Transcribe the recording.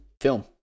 film